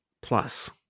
plus